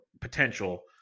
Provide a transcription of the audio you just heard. potential –